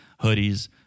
hoodies